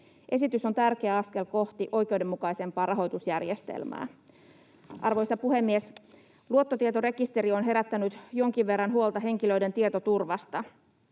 Esitys on tärkeä askel kohti oikeudenmukaisempaa rahoitusjärjestelmää. Arvoisa puhemies! Luottotietorekisteri on herättänyt jonkin verran huolta henkilöiden tietoturvasta.